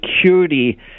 security